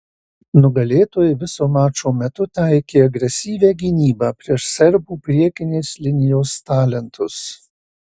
nugalėtojai viso mačo metu taikė agresyvią gynybą prieš serbų priekinės linijos talentus